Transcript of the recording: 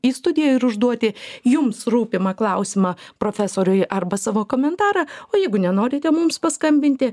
į studiją ir užduoti jums rūpimą klausimą profesoriui arba savo komentarą o jeigu nenorite mums paskambinti